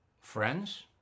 Friends